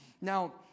Now